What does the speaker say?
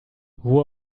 ruhe